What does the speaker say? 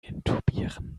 intubieren